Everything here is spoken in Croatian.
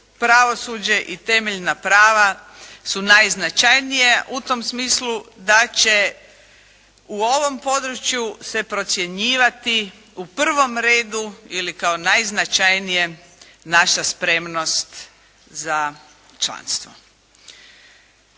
pravosuđe i temeljna prava su najznačajnije. U tom smislu da će u ovom području se procjenjivati u prvo redu, ili kao najznačajnijem naša spremnost za članstvo.